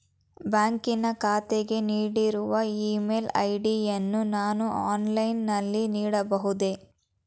ಬ್ಯಾಂಕಿನ ಖಾತೆಗೆ ನೀಡಿರುವ ಇ ಮೇಲ್ ಐ.ಡಿ ಯನ್ನು ನಾನು ಆನ್ಲೈನ್ ನಲ್ಲಿ ನೀಡಬಹುದೇ?